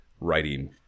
writing